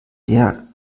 der